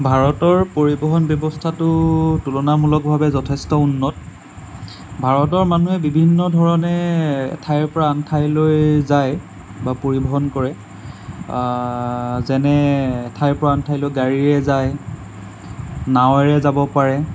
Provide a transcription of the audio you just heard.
ভাৰতৰ পৰিবহণ ব্যৱস্থাটো তুলনামূলকভাবে যথেষ্ট উন্নত ভাৰতৰ মানুহে বিভিন্ন ধৰণে এঠাইৰ পৰা আন এঠাইলৈ যায় বা পৰিবহণ কৰে যেনে এঠাইৰ পৰা আন এঠাইলৈ গাড়ীৰে যায় নাঁৱেৰে যাব পাৰে